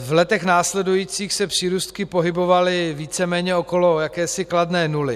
V letech následujících se přírůstky pohybovaly víceméně okolo jakési kladné nuly.